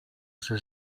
przy